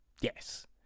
yes